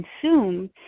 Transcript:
consumed